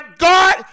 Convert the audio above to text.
God